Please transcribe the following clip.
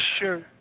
Sure